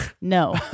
No